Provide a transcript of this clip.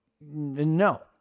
no